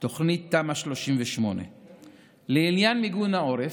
תוכנית תמ"א 38. לעניין מיגון העורף,